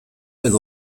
edo